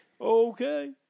Okay